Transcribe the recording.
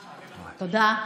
תודה.